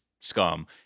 scum